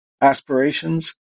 aspirations